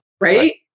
right